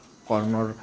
কৰ্মৰ